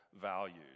values